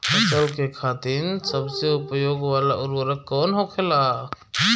फसल के खातिन सबसे उपयोग वाला उर्वरक कवन होखेला?